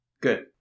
Good